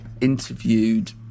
interviewed